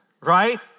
right